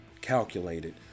calculated